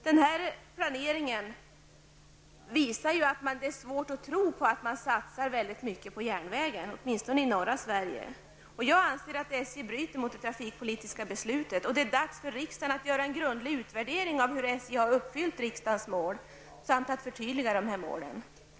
Den gjorda planeringen gör det svårt att tro att man satsar på järnvägen, i varje fall i norra Sverige. Jag anser att SJ bryter mot det trafikpolitiska beslutet. Därför är det dags för riksdagen att göra en grundlig utvärdering av hur SJ har uppfyllt riksdagens mål. Dessa mål bör också förtydligas.